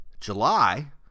July